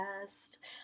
best